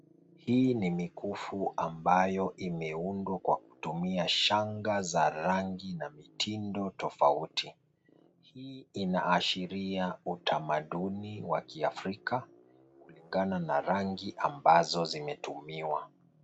Hii ni mikufu ambayo imeundwa kwa kumia shanga za rangi na mitindo tofauti, hii inaashiria utamaduni wa kiafrika kulingana na rangi ambazo zimetumiwa.